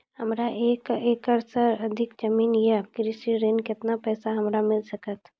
हमरा एक एकरऽ सऽ अधिक जमीन या कृषि ऋण केतना पैसा हमरा मिल सकत?